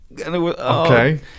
okay